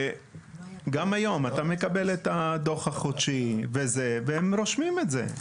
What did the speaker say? גם היום אתה מקבל את הדוח החודשי וזה והם רושמים את זה,